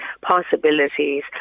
possibilities